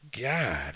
God